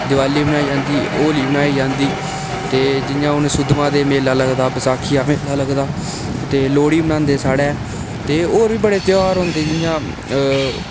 दिवाली बनाई जंदी होली बनाई जंदी ते जि'यां हून सुद्धमहादेव मेला लगदा बैसाखी दा मेला लगदा ते लोह्ड़ी मनांदे साढ़े ते होर बी बड़े ध्यार होंदे जि'यां